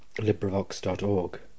LibriVox.org